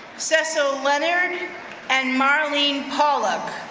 so so leonard and marlene pollack,